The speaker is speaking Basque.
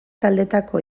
taldetako